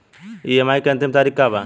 EMI के अंतिम तारीख का बा?